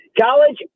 College